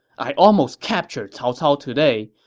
i almost captured cao cao today,